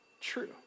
true